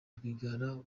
rwigara